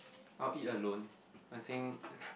I will eat alone I think